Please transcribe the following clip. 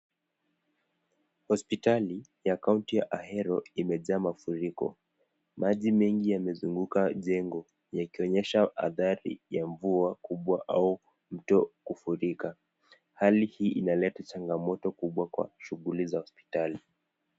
Hosipitali ya county ya Ahero imejaa mafuriko. Maji mengi yamezunguka jengo yakionyesha adhari ya mvua kubwa au mto kufurika. Hali hii inaleta changamoto kubwa kwa shugulu za hosipitali.